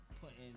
putting